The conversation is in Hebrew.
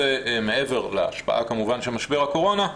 מעבר להשפעה כמובן של משבר הקורונה,